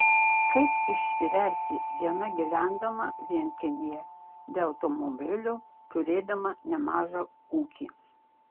kaip išsiverti viena gyvendama vienkiemyje be automobilio turėdama nemažą ūkį